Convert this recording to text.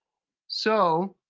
so,